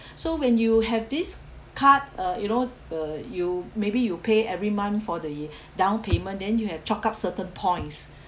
so when you have this card uh you know uh you maybe you pay every month for the down payment then you have chalked up certain points